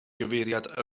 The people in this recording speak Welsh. gyfeiriad